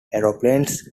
aeroplanes